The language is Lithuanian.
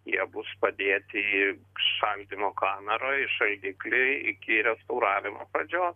jie bus padėti į šaldymo kameroj į šaldiklį iki restauravimo pradžios